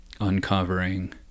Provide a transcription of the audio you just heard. uncovering